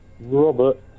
Robert